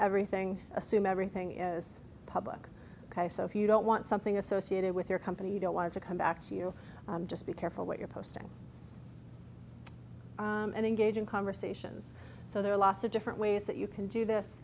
everything assume everything is public so if you don't want something associated with your company you don't want to come back to you just be careful what you're posting and engage in conversations so there are lots of different ways that you can do this